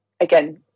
again